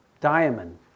diamond